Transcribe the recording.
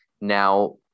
Now